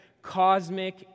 cosmic